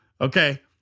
okay